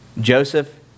Joseph